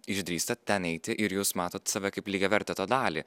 išdrįstat ten eiti ir jūs matot save kaip lygiavertę to dalį